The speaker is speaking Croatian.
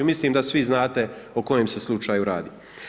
Mislim da svi znate o kojem se slučaju radi.